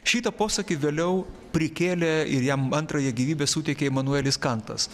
šitą posakį vėliau prikėlė ir jam antrąją gyvybę suteikė imanuelis kantas